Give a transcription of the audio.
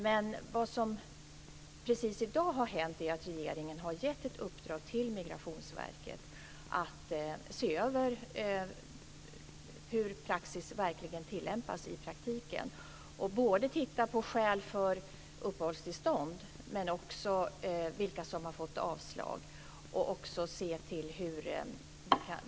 Men vad som har hänt precis i dag är att regeringen har gett ett uppdrag till Migrationsverket att se över hur praxis tillämpas i praktiken. Man ska titta på skäl för uppehållstillstånd men också på vilka som har fått avslag.